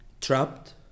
trapped